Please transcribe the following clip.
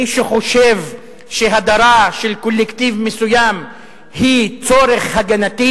מי שחושב שהדרה של קולקטיב מסוים היא צורך הגנתי,